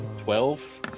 Twelve